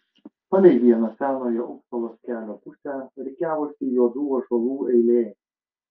palei vieną senojo upsalos kelio pusę rikiavosi juodų ąžuolų eilė